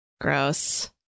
gross